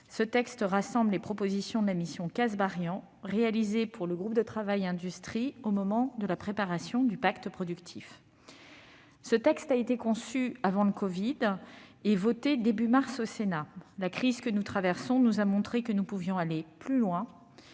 ce texte rassemble les propositions de la mission Kasbarian réalisée pour le groupe de travail Industrie dans le cadre de la préparation du Pacte productif. Ce texte a été conçu avant le covid et voté au début du mois de mars dernier au Sénat. La crise que nous traversons nous a montré que nous pouvions aller plus loin